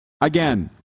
Again